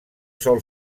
sol